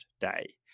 day